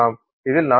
இதில் 44 1